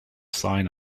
sign